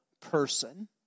person